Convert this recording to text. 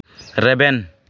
ᱨᱮᱵᱮᱱ